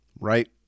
Right